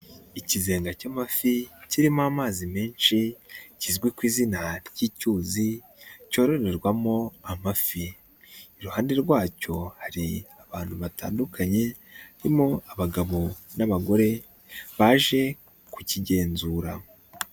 Ikizega cy'amafi kirimo amazi menshi, kizwi ku izina ry'icyuzi cyororerwamo amafi, iruhande rwacyo hari abantu batandukanye harimo abagabo n'abagore baje kukigenzura.